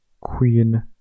queen